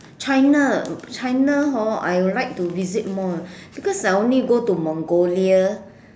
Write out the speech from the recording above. China China hor I like to visit more because I only go to Mongolia